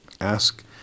Ask